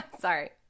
Sorry